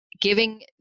giving